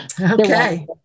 Okay